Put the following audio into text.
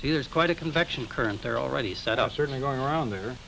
see there's quite a convection current there already set up certainly going around there